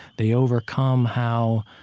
they overcome how